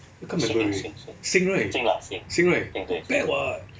can't remember already sing right sing right not bad [what]